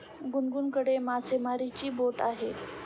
गुनगुनकडे मासेमारीची बोट आहे